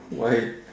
why